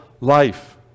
life